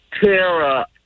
Tara